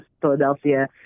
Philadelphia